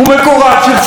מר אדרי.